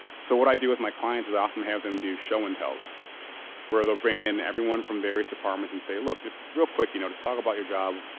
so, what i do with my clients is often have them do show and tells where they'll bring in everyone from various departments and say look, just real quick, you know, just talk about your job.